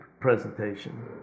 presentation